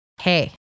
Hey